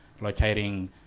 locating